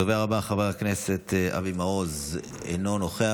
הדובר הבא, חבר הכנסת אבי מעוז, אינו נוכח.